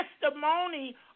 testimony